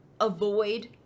avoid